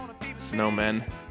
snowmen